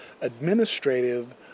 administrative